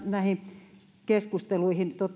näihin keskusteluihin